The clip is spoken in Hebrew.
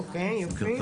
אוקי,